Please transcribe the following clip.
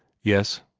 yes,